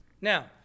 Now